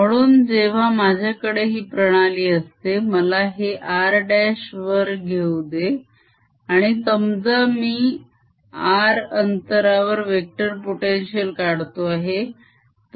म्हणून जेव्हा माझ्याकडे हि प्रणाली असते मला हे r' वर घेऊ दे आणि समजा मी r अंतरावर वेक्टर potential काढतो आहे